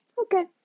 Okay